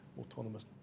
autonomous